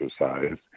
exercise